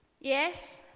Yes